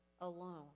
alone